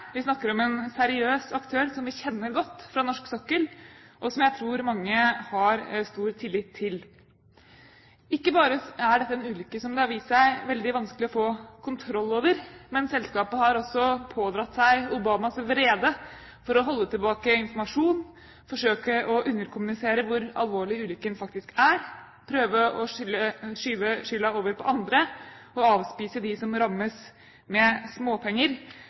vi snakker om en seriøs aktør som vi kjenner godt fra norsk sokkel, og som jeg tror mange har stor tillit til. Ikke bare er dette en ulykke som det har vist seg veldig vanskelig å få kontroll over, men selskapet har også pådratt seg Obamas vrede for å holde tilbake informasjon, forsøke å underkommunisere hvor alvorlig ulykken faktisk er, prøve å skyve skylden over på andre og avspise dem som rammes, med småpenger,